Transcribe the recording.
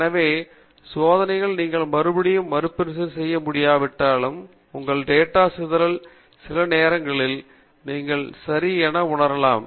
எனவே சோதனையை நீங்கள் மறுபடியும் மறுபரிசீலனை செய்ய முடியாவிட்டாலும் உங்கள் டேட்டா சிதறச் செய்தால் சில நேரங்களில் நீங்கள் சரி என உணரலாம்